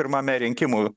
pirmame rinkimų